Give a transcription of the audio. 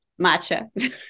Matcha